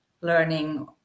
learning